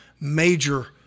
major